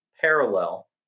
parallel